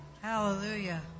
hallelujah